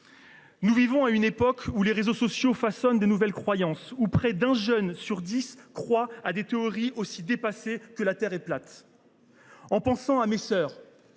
Nous vivons à une époque où les réseaux sociaux façonnent de nouvelles croyances, où près d’un jeune sur dix croit à des théories aussi dépassées que celle selon laquelle la